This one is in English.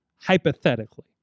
Hypothetically